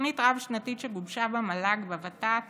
בתוכנית רב-שנתית שגובשה במל"ג, בוות"ת